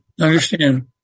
Understand